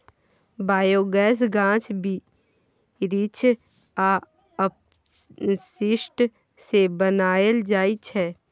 biogas गाछ बिरीछ आ अपशिष्ट सँ बनाएल जाइ छै